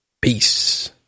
Peace